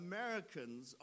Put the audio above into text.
Americans